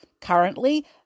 Currently